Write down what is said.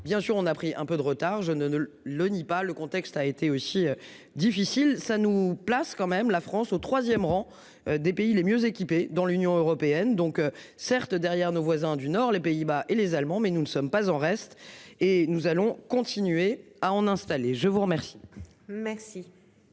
bien sûr, on a pris un peu de retard. Je ne le nie pas. Le contexte a été aussi difficile ça nous place quand même la France au 3ème rang des pays les mieux équipés dans l'Union européenne. Donc certes derrière nos voisins du nord, les Pays-Bas et les Allemands, mais nous ne sommes pas en reste et nous allons continuer à en installer. Je vous remercie. Merci.